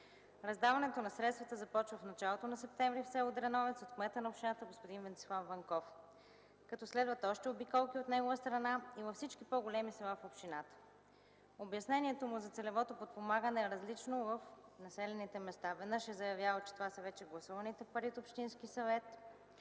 Раздаването на средствата започва в началото на септември в с. Дреновец от кмета на общината господин Венцислав Ванков, като следват още обиколки от негова страна и във всички по-големи села в общината. Обяснението му за целевото подпомагане е различно в населените места. Веднъж е заявявал, че това са вече гласуваните пари от общинския съвет